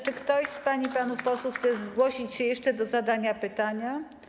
Czy ktoś z pań i panów posłów chce zgłosić się jeszcze do zadania pytania?